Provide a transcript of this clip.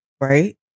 right